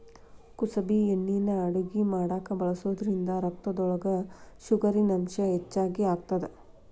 ಕುಸಬಿ ಎಣ್ಣಿನಾ ಅಡಗಿ ಮಾಡಾಕ ಬಳಸೋದ್ರಿಂದ ರಕ್ತದೊಳಗ ಶುಗರಿನಂಶ ಹೆಚ್ಚಿಗಿ ಆಗತ್ತದ